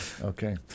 okay